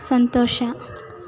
ಸಂತೋಷ